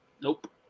nope